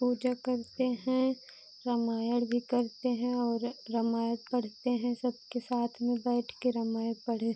पूजा करते हैं रामायण भी करते हैं और रामायण पढ़ते हैं सबके साथ में बैठकर रामायण पढ़